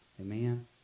Amen